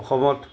অসমত